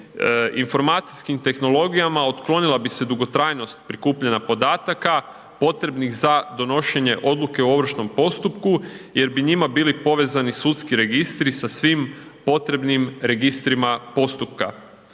informacijskim tehnologijama otklonila bi se dugotrajnost prikupljanja podataka potrebnih za donošenje odluke o Ovršnom postupku jer bi njima bili povezani sudski registri sa svim potrebnim registrima postupka.